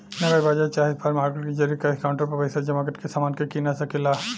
नगद बाजार चाहे स्पॉट मार्केट के जरिये कैश काउंटर पर पइसा जमा करके समान के कीना सके ला